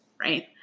Right